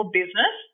business